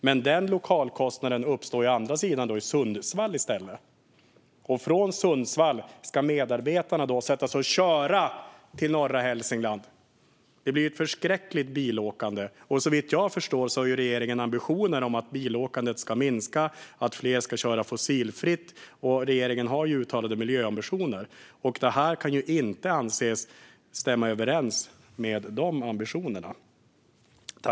Men den lokalkostnaden uppstår å andra sidan i Sundsvall i stället. Från Sundsvall ska medarbetarna sedan köra till norra Hälsingland. Det blir ett förskräckligt bilåkande! Såvitt jag har förstått har regeringen ambitionen att bilåkandet ska minska och att fler ska köra fossilfritt, och regeringen har uttalade miljöambitioner. Det här kan ju inte anses stämma överens med de ambitionerna.